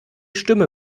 stimme